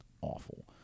awful